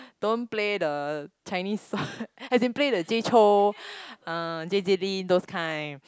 don't play the Chinese song as in play the Jay Chou uh J J lin those kind